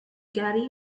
garry